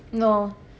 no